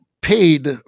paid